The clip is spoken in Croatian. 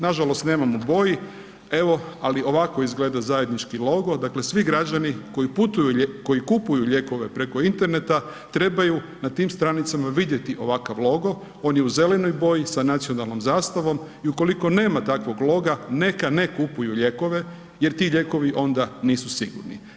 Nažalost nemam u boji, evo ali ovako izgleda zajednički logo, dakle svi građani koji kupuju lijekove preko interneta trebaju na tim stranicama vidjeti ovakav logo, on je u zelenoj boji sa nacionalnom zastavom i ukoliko nema takvog loga neka ne kupuju lijekove jer ti lijekovi onda nisu sigurni.